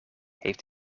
heeft